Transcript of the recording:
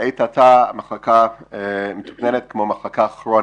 לעת עתה המחלקה מתוכננת כמו מחלקה כרונית.